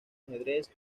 ajedrez